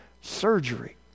surgery